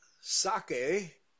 Sake